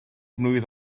mlwydd